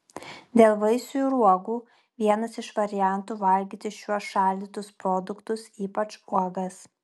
dėl vaisių ir uogų vienas iš variantų valgyti šiuos šaldytus produktus ypač uogas